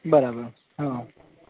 બરાબર હા